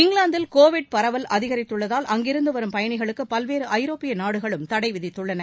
இங்கிலாந்தில் கோவிட் பரவல் அதிகரித்துள்ளதால் அங்கிருந்து வரும் பயணிகளுக்கு பல்வேறு ஜரோப்பிய நாடுகளும் தடை விதித்துள்ளன